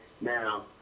Now